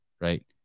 right